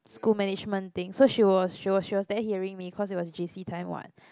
school management thing so she was she was she was there hearing me cause it was J_C time what